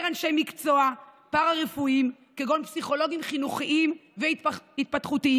אנשי מקצוע פארה-רפואיים כגון פסיכולוגים חינוכיים והתפתחותיים,